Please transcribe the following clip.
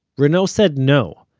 renault said no,